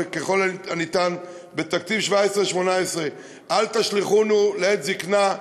וככל הניתן בתקציב 17' 18'. אל תשליכונו לעת זיקנה,